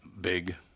big